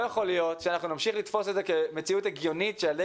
שאנחנו נמשיך לתפוס את זה כמציאות הגיונית שילדי